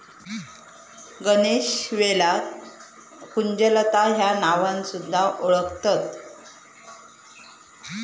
गणेशवेलाक कुंजलता ह्या नावान सुध्दा वोळखतत